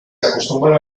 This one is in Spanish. acostumbra